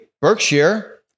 Berkshire